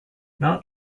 not